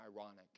ironic